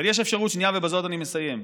אבל יש אפשרות שנייה, ובזאת אני מסיים.